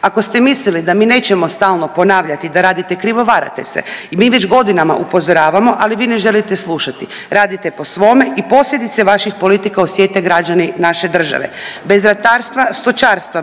Ako ste mislili da mi nećemo stalno ponavljati da radite krivo varate se. I mi već godinama upozoravamo, ali vi ne želite slušati. Radite po svome i posljedice vaših politika osjete građani naše države. Bez ratarstva, stočarstva,